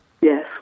Yes